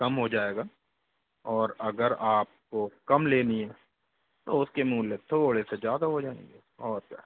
कम हो जायेगा और अगर आपको कम लेनी है तो उसकी मूल्य थोड़े से ज़्यादा हो जाएंगे और क्या